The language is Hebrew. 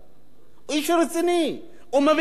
הוא איש רציני, הוא מבין בדמוקרטיה,